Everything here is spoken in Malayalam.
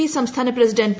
പി സംസ്ഥാന പ്രസിഡന്റ് പി